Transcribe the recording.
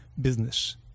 business